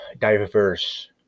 diverse